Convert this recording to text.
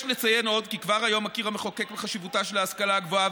יש לציין עוד כי כבר היום מכיר המחוקק בחשיבותה של ההשכלה הגבוהה,